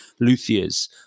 luthiers